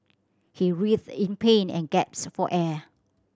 he writhed in pain and gasps for air